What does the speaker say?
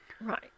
Right